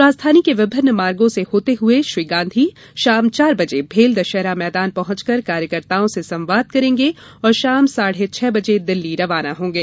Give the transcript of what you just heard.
राजधानी के विभिन्न मार्गो से होते हुए श्री गांधी शाम चार बजे भेल दशहरा मैदान पहुंचकर कार्यकर्ताओं से संवाद करेगें और शाम साढ़े छह बजे दिल्ली रवाना होंगे